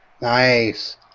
Nice